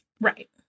Right